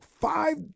five